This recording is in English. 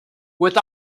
with